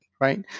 right